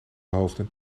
hoofden